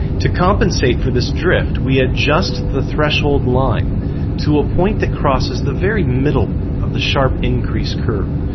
to compensate for this drift, we adjust the threshold line to a point that crosses the very middle of the sharp increase curve,